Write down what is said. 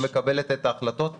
היא מקבלת את ההחלטות -- באומץ.